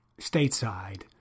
stateside